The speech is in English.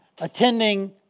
attending